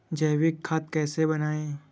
जैविक खाद कैसे बनाएँ?